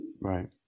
Right